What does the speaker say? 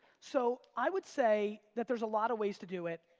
so, i would say that there's a lot of ways to do it.